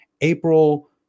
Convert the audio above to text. April